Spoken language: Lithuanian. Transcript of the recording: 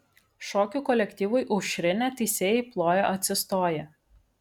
šokių kolektyvui aušrinė teisėjai plojo atsistoję